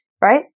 right